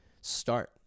start